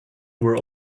were